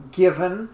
given